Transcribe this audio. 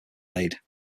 laid